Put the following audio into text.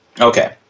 Okay